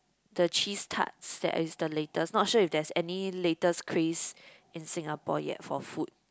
the cheese tarts that is the latest not sure if there's any latest craze in Singapore yet for food